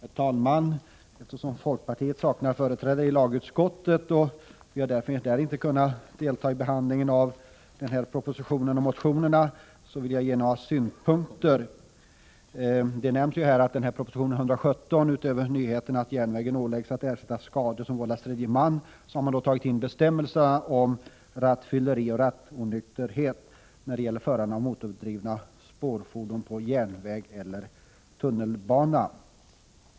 Herr talman! Eftersom folkpartiet saknar företrädare i lagutskottet och vi därför inte har kunnat delta i behandlingen av den här propositionen och motionerna vill jag ge några synpunkter. Det nämns här att det i proposition 117 — utöver nyheten att järnvägen åläggs att ersätta skador som vållas tredje man — har tagits in bestämmelser om rattfylleri och rattonykterhet när det gäller förande av motordrivna spårfordon på järnväg eller tunnelbana.